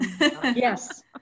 Yes